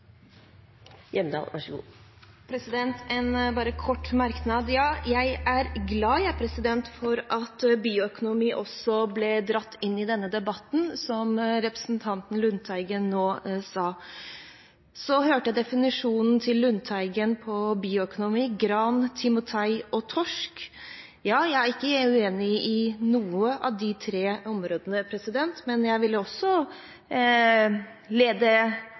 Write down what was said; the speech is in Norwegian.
glad for at bioøkonomi også ble dratt inn i denne debatten, som representanten Lundteigen nå sa. Så hørte jeg Lundteigens definisjon av bioøkonomi: gran, timotei og torsk. Jeg er ikke uenig når det gjelder noen av de tre områdene, men jeg vil også